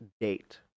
date